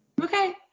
Okay